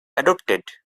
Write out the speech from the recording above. adopted